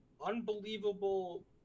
unbelievable